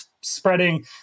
spreading